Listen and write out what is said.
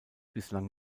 bislang